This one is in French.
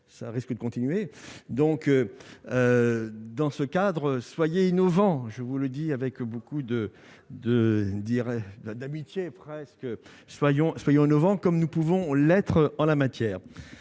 ça risque de continuer donc dans ce cadre, soyez innovants, je vous le dis avec beaucoup de de dire la d'amitié presque soyons, soyons innovants comme nous pouvons l'être en la matière,